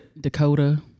Dakota